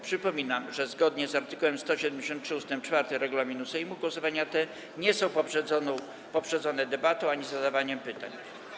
Przypominam, że zgodnie z art. 173 ust. 4 regulaminu Sejmu głosowania te nie są poprzedzone debatą ani zadawaniem pytań.